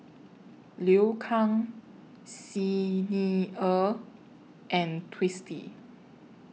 Liu Kang Xi Ni Er and Twisstii